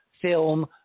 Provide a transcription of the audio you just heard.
film